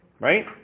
Right